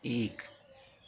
एक